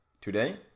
Today